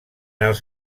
els